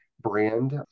brand